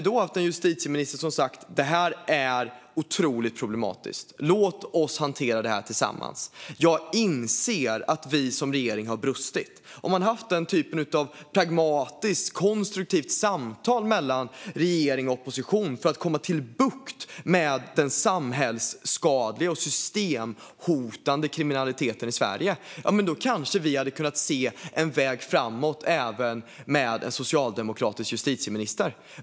Men hade justitieministern då sagt att detta är ett oerhört problem som vi måste hantera tillsammans och medgett att regeringen brustit i sitt ansvar och sedan fört ett pragmatiskt, konstruktivt samtal med oppositionen för att få bukt med den samhällsskadliga och systemhotande kriminaliteten i Sverige hade vi kanske kunnat se en väg framåt även med en socialdemokratisk justitieminister.